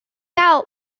out